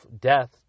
death